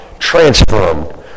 transformed